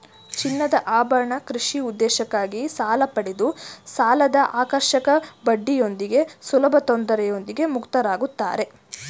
ಚಿನ್ನದಆಭರಣ ಕೃಷಿ ಉದ್ದೇಶಕ್ಕಾಗಿ ಸಾಲಪಡೆದು ಸಾಲದಆಕರ್ಷಕ ಬಡ್ಡಿಯೊಂದಿಗೆ ಸುಲಭತೊಂದರೆಯೊಂದಿಗೆ ಮುಕ್ತರಾಗುತ್ತಾರೆ